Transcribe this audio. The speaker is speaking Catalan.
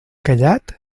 callat